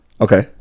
Okay